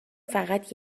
فقط